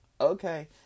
Okay